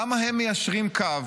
למה הם מיישרים קו